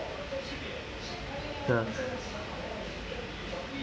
ya